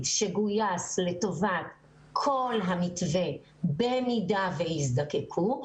שגויס לטובת כל המתווה במידה ויזדקקו לו,